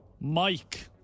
Mike